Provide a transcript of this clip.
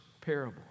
parable